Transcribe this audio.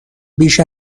بیش